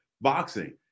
boxing